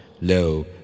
Lo